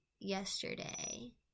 yesterday